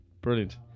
Brilliant